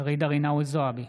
ג'ידא רינאוי זועבי,